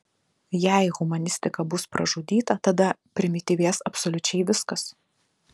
jei humanistika bus pražudyta tada primityvės absoliučiai viskas